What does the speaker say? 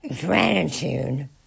Gratitude